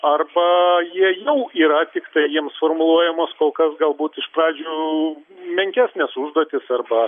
arba jie jau yra tiktai jiems formuluojamos kol kas galbūt iš pradžių menkesnės užduotys arba